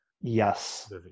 Yes